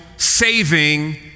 saving